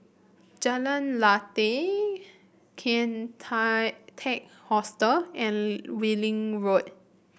Jalan Lateh Kian tie Teck Hostel and Welling Road